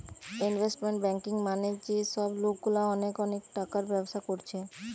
investment banking মানে যে সব লোকগুলা অনেক অনেক টাকার ব্যবসা কোরছে